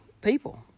People